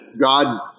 God